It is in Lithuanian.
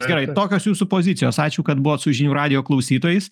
gerai tokios jūsų pozicijos ačiū kad buvot su žinių radijo klausytojais